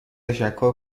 تشکر